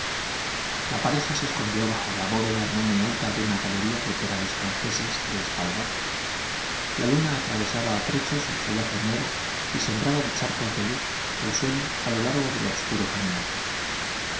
la pareja se escondió bajo la bóveda no muy alta de una galería de perales franceses en espaldar la luna atravesaba a trechos el follaje nuevo y sembraba de charcos de luz el suelo a lo largo del obscuro camino